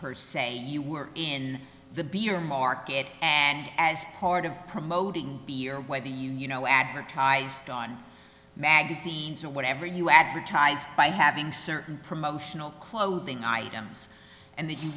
per se you were in the beer market and as part of promoting beer where the you you know advertised on magazines or whatever you advertise by having certain promotional clothing items and th